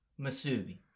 masubi